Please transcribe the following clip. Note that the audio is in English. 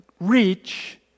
reach